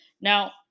Now